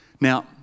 Now